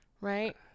Right